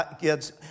kids